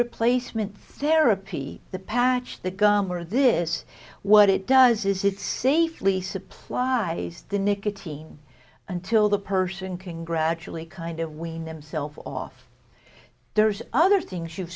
replacement therapy the package the gum or this what it does is it safely supply the nicotine until the person can gradually kind of wean themselves off there's other things you've